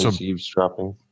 eavesdropping